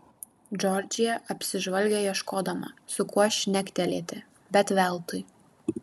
džordžija apsižvalgė ieškodama su kuo šnektelėti bet veltui